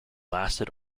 lasted